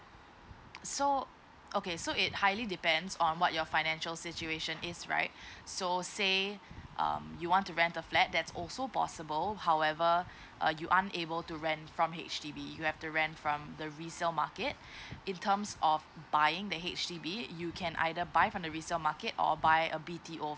so okay so it highly depends on what your financial situation is right so say um you want to rent a flat that's also possible however uh you aren't able to rent from H_D_B you have to rent from the resale market in terms of buying the H_D_B you can either buy from the resale market or buy a B_T_O